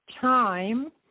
time